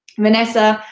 vanessa,